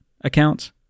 accounts